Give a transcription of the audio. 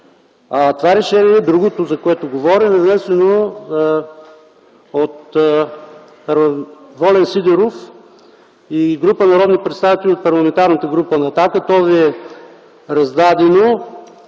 Това решение – другото, за което говоря, е внесено от Волен Сидеров и група народни представители от Парламентарната група на „Атака”. То Ви е раздадено.